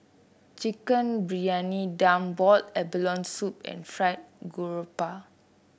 Chicken Briyani Dum Boiled Abalone Soup and Fried Garoupa